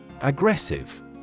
Aggressive